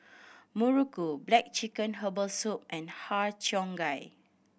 Muruku black chicken herbal soup and Har Cheong Gai